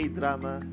drama